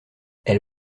elle